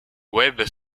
webb